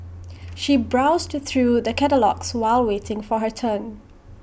she browsed through the catalogues while waiting for her turn